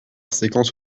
séquence